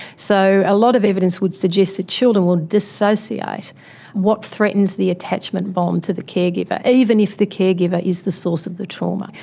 so a lot of evidence would suggest that children will dissociate what threatens the attachment bond to the caregiver, even if the caregiver is the source of the trauma.